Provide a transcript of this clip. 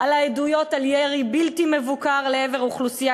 על העדויות על ירי בלתי מבוקר לעבר אוכלוסייה